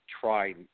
try